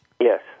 Yes